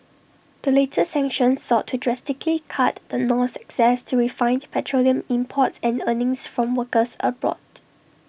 the latest sanctions sought to drastically cut the North's access to refined petroleum imports and earnings from workers abroad